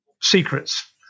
secrets